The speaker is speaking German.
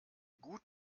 gut